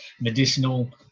medicinal